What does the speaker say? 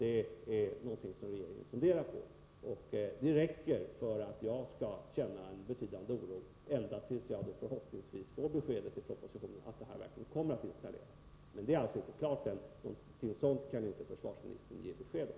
Det är någonting som regeringen funderar på, och det räcker för att jag skall känna en betydande oro tills jag förhoppningsvis får beskedet i propositionen att systemet verkligen kommer att installeras. Men detta alltså inte klart än — något sådant kan försvarsministern inte ge besked om.